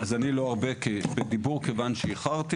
אז, אני לא ארבה בדיבור, כיוון שאיחרתי.